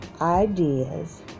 ideas